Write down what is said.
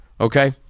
Okay